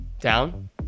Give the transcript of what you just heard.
down